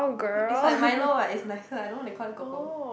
it's like milo but it's nicer I don't want to call it cocoa